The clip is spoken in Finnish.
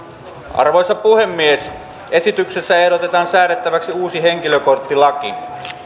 arvoisa puhemies esityksessä ehdotetaan säädettäväksi uusi henkilökorttilaki